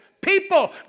People